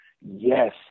yes